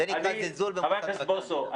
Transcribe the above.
חבר הכנסת בוסו,